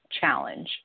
challenge